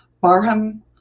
Barham